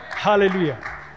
hallelujah